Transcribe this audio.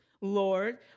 Lord